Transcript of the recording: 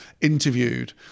interviewed